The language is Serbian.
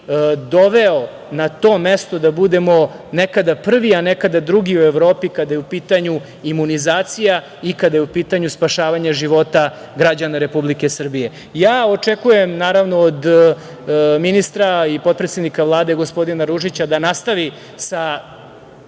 doveo na to mesto da budemo nekada prvi, a nekada drugi u Evropi kada je u pitanju imunizacija i kada je u pitanju spašavanje života građana Republike Srbije. Očekujem od ministra i potpredsednika Vlade, gospodina Ružića, da nastavi sa